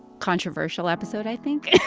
controversial episode, i think.